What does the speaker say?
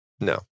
no